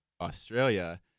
Australia